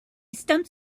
stumps